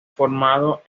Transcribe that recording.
formado